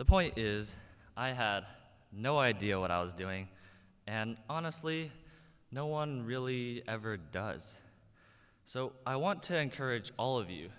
the point is i had no idea what i was doing and honestly no one really ever does so i want to encourage all of you